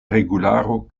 regularo